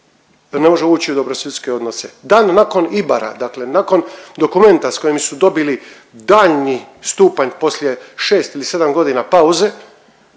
ne može ući u dobrosusjedske odnose. Dan nakon ibara, dakle nakon dokumenta s kojim su dobili daljnji stupanj poslije 6 ili 7 godina pauze,